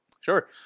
sure